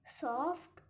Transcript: Soft